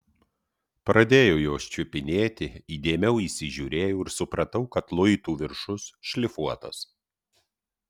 pradėjau juos čiupinėti įdėmiau įsižiūrėjau ir supratau kad luitų viršus šlifuotas